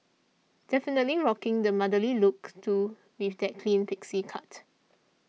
definitely rocking the motherly look too with that clean pixie cut